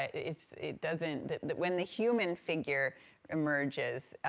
it, it doesn't, when the human figure emerges,